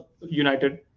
United